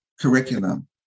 curriculum